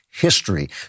History